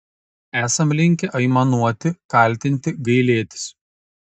esam linkę aimanuoti kaltinti gailėtis